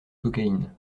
cocaïne